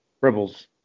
Rebels